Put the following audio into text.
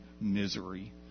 misery